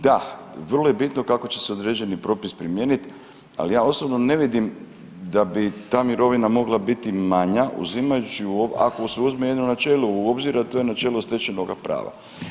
Da, vrlo je bitno kako će se određeni propis primijeniti ali ja osobno ne vidim da bi ta mirovina mogla biti manja uzimajući u, ako se uzme jedno načelo u obzir, a to je načelo stečenoga prava.